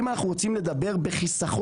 אם אנחנו רוצים לדבר בחיסכון,